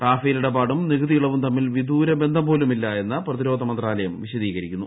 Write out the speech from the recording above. Rafale ഇടപാടും നികുതി ഇളവും തമ്മിൽ വിദൂര ബന്ധം പോലും ഇല്ല എന്ന് പ്രതിരോധ മന്ത്രാലയം വിശദീകരിക്കുന്നു